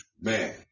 man